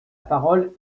parole